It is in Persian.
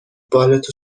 بالت